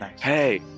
Hey